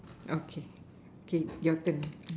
okay okay your turn